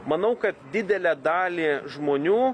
manau kad didelę dalį žmonių